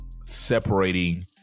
separating